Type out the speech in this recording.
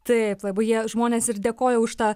taip labai jie žmonės ir dėkoja už tą